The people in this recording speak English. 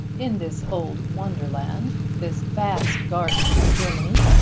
in this old wonderland, this vast garden of germany,